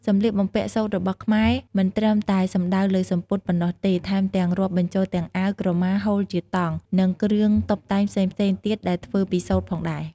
សម្លៀកបំពាក់សូត្ររបស់ខ្មែរមិនត្រឹមតែសំដៅលើសំពត់ប៉ុណ្ណោះទេ ថែមទាំងរាប់បញ្ចូលទាំងអាវ ក្រមា ហូលជាតង់ និងគ្រឿងតុបតែងផ្សេងៗទៀតដែលធ្វើពីសូត្រផងដែរ។